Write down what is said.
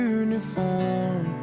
uniform